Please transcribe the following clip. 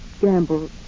gamble